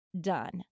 done